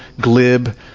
glib